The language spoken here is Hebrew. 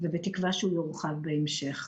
ובתקווה שהוא יורחב בהמשך.